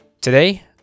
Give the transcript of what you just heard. Today